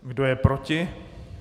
Kdo je proti?